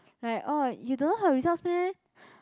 like orh you don't know her results meh